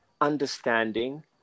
understanding